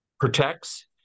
protects